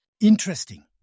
Interesting